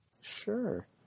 Sure